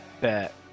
Bet